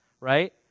right